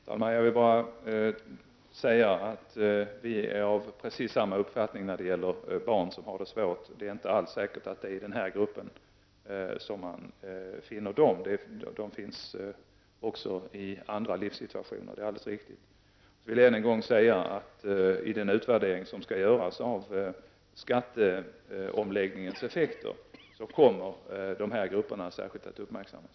Herr talman! Ragnhild Pohanka och jag är av precis samma uppfattning när det gäller barn som har det svårt. Det är inte alls säkert att det är i den här gruppen som man finner dessa barn. Det är alldeles riktigt att de återfinns även i andra familjesituationer. I den utvärdering som skall göras angående skattereformens effekter kommer dessa grupper särskilt att uppmärksammas.